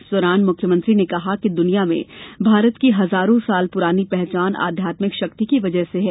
इस दौरान मुख्यमंत्री ने कहा कि दुनिया में भारत की हजारों साल पुरानी पहचान अध्यात्मिक शक्ति की वजह से है